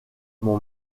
mon